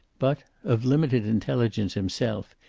but, of limited intelligence himself,